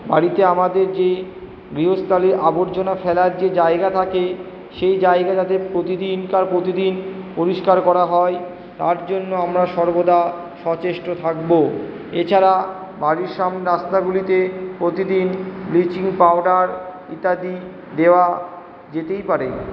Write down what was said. বাড়িতে আমাদের যে গৃহস্থালির আবর্জনা ফেলার যে জায়গা থাকে সেই জায়গা যাতে প্রতিদিনকার প্রতিদিন পরিষ্কার করা হয় তার জন্য আমরা সর্বদা সচেষ্ট থাকবো এছাড়া বাড়ির সামনে রাস্তাগুলিতে প্রতিদিন ব্লিচিং পাউডার ইত্যাদি দেওয়া যেতেই পারে